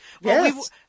Yes